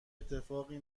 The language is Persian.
اتفاقی